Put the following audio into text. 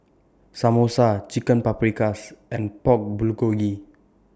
Samosa Chicken Paprikas and Pork Bulgogi